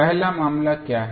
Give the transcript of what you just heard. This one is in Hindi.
पहला मामला क्या था